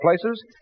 places